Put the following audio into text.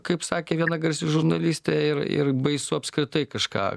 kaip sakė viena garsi žurnalistė ir ir baisu apskritai kažką